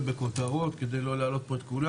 ובכותרות כדי לא להלאות פה את כולם.